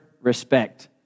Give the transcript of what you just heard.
respect